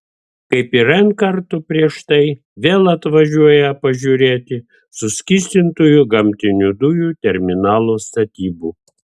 kaip ir n kartų prieš tai vėl atvažiuoja pažiūrėti suskystintųjų gamtinių dujų terminalo statybų